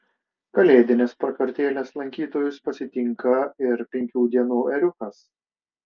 kalėdinės prakartėlės lankytojus pasitinka ir penkių dienų ėriukas